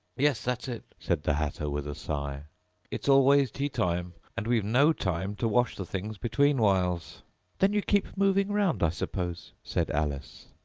yes, that's it said the hatter with a sigh it's always tea-time, and we've no time to wash the things between whiles then you keep moving round, i suppose said alice.